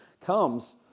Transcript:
comes